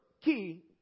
key